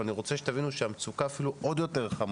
אבל אני רוצה שתבינו שהמצוקה במגזר החרדי היא יותר חמורה.